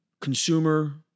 consumer